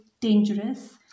dangerous